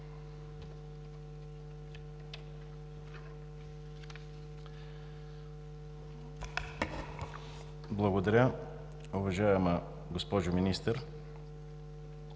Благодаря, уважаема госпожо Министър.